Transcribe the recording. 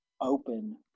open